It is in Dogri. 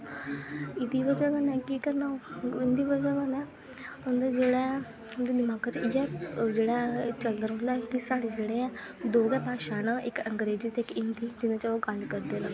एह्दी ब'जा कन्नै केह् करना उं'दी ब'जा कन्नै उं'दा जेह्ड़ा ऐ उं'दे दमाका च इ'यै चलदा रौंह्दा ऐ कि साढ़ा जेह्ड़ा ऐ दो गै भाशां न अंग्रेजी ते हिन्दी जेह्दै च ओह् गल्ल करदे न